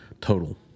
total